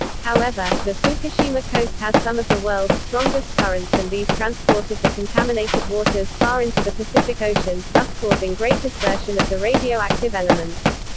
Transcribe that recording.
however, the fukushima coast has some of the world's strongest currents and these transported the contaminated waters far into the pacific ocean, thus causing great dispersion of the radioactive elements.